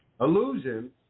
illusions